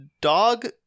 Dog